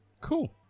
Cool